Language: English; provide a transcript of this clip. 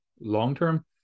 long-term